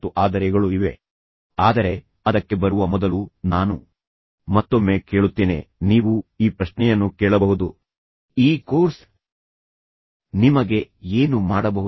ಆದರೆ ಅದಕ್ಕೆ ಬರುವ ಮೊದಲು ನಾನು ಮತ್ತೊಮ್ಮೆ ಕೇಳುತ್ತೇನೆ ನೀವು ಈ ಪ್ರಶ್ನೆಯನ್ನು ಕೇಳಬಹುದುಃ ಈ ಕೋರ್ಸ್ ನಿಮಗೆ ಏನು ಮಾಡಬಹುದು